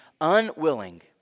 Unwilling